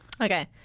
Okay